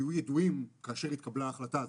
היו ידועים כאשר התקבלה ההחלטה הזאת,